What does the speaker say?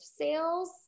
sales